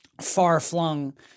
far-flung